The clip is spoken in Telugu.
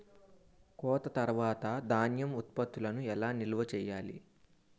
కోత తర్వాత ధాన్యం ఉత్పత్తులను ఎలా నిల్వ చేయాలి?